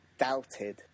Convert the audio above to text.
doubted